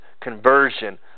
conversion